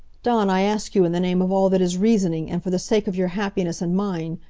dawn, i ask you in the name of all that is reasoning, and for the sake of your happiness and mine,